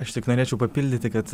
aš tik norėčiau papildyti kad